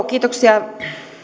kiitoksia